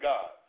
God